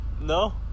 no